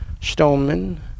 Stoneman